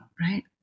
right